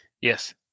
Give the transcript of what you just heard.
Yes